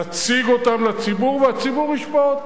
תציג אותן לציבור, והציבור ישפוט.